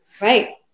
Right